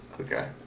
Okay